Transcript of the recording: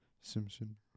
Simpson